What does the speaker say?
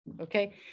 okay